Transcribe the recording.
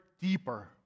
Deeper